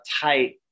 tight